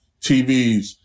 TVs